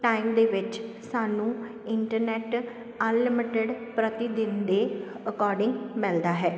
time ਦੇ ਵਿੱਚ ਸਾਨੂੰ ਇੰਟਰਨੈਟ ਅਨਲਿਮਟਿਡ ਪ੍ਰਤੀ ਦਿਨ ਦੇ ਅਕੋਰਡਿੰਗ ਮਿਲਦਾ ਹੈ